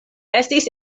estis